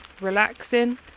Relaxing